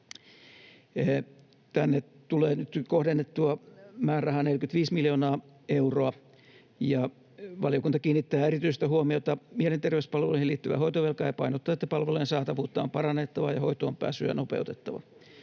Tänne tulee nyt kohdennettua määrärahaa 45 miljoonaa euroa, ja valiokunta kiinnittää erityistä huomiota mielenterveyspalveluihin liittyvään hoitovelkaan ja painottaa, että palvelujen saatavuutta on parannettava ja hoitoonpääsyä nopeutettava.